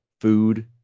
food